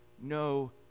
no